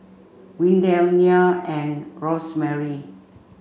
Windell Nya and Rosemary